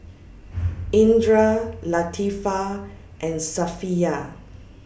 Indra Latifa and Safiya